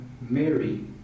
Mary